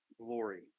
glory